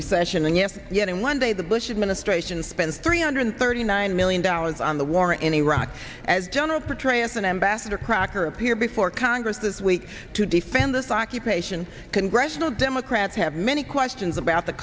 recession and if yet and one day the bush administration spends three hundred thirty nine million dollars on the war in iraq as general petraeus and ambassador crocker appear before congress this week to defend this occupation congressional democrats have many questions about the